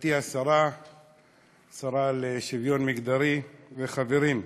מכובדתי השרה לשוויון מגדרי, חברים,